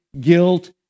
guilt